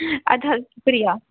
اَدٕ حظ شُکرِیا